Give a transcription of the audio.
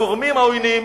הגורמים העוינים